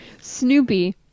Snoopy